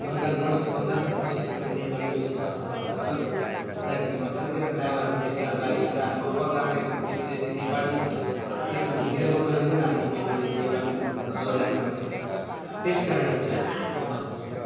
बङ्गाल नस बङ्गालको नर्थइस्टपट्टि नेपाली बेसी बसोवास गर्छ त्यसको लागिन् अब कतितिर ड्राइभरहरू नि भेट्छ गाडीतिर हामी बेसीजस्तो नेपाली नै हुन्छ तो त्यसोभने हिन्दी त बोल्नु सकिँदैन हामी नेपाली नेपाली बोलेको मान्छे त्यसकारणले चाहिँ म भन्छु